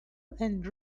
and